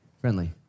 friendly